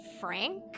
frank